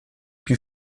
più